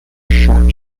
short